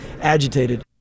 agitated